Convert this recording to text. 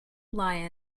lie